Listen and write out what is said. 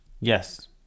Yes